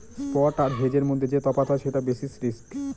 spot আর হেজের মধ্যে যে তফাৎ হয় সেটা বেসিস রিস্ক